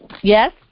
yes